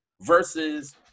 versus